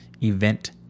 event